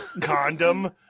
Condom